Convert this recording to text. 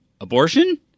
abortion